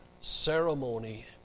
ceremony